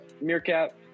Meerkat